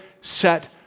set